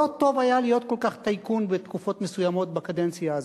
לא טוב כל כך היה להיות טייקון בתקופות מסוימות בקדנציה הזאת.